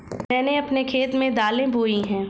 मैंने अपने खेत में दालें बोई हैं